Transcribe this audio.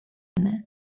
psy